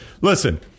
listen